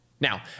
Now